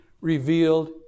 revealed